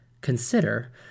Consider